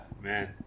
man